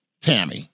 Tammy